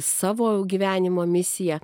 savo gyvenimo misiją